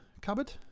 cupboard